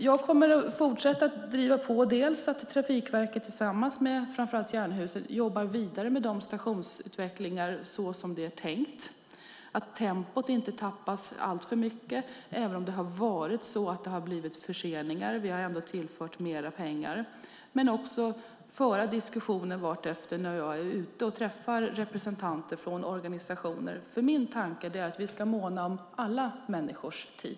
Jag kommer att fortsätta att driva på dels att Trafikverket tillsammans med framför allt Jernhusen jobbar vidare med stationsutvecklingen såsom det är tänkt, dels för att tempot inte ska tappas alltför mycket, även om det har blivit förseningar. Vi har ändå tillfört mer pengar. Jag kommer också att föra diskussioner när jag är ute och träffar representanter från organisationer, för min tanke är att vi ska måna om alla människors tid.